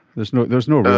there's no there's no real